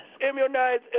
Immunize